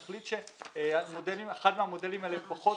נחליט שאחד מהמודלים האלה הוא פחות,